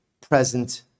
present